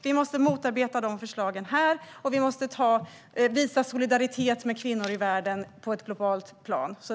Vi måste motarbeta de förslagen här, och vi måste visa solidaritet med kvinnor i världen på ett globalt plan.